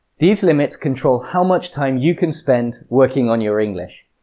these limits control how much time you can spend working on your english.